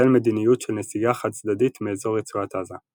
החל מדיניות של נסיגה חד צדדית מאזור רצועת עזה.